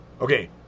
Okay